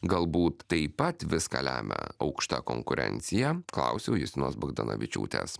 galbūt taip pat viską lemia aukšta konkurencija klausiau justinos bagdonavičiūtės